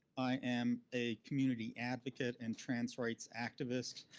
i am a community advocate and trans rights activist.